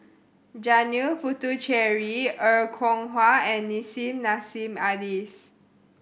Janil Puthucheary Er Kwong Wah and Nissim Nassim Adis